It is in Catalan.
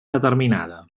determinada